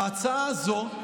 ההצעה הזאת,